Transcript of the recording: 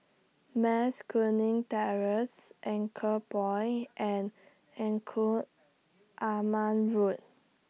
Mas Kuning Terrace Anchorpoint and Engku Aman Road